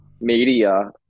media